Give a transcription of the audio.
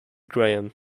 graham